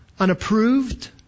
unapproved